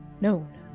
known